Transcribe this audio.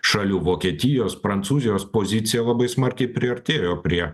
šalių vokietijos prancūzijos pozicija labai smarkiai priartėjo prie